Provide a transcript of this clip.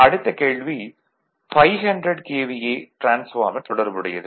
அடுத்த கேள்வி 500 KVA transformer தொடர்புடையது